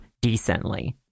decently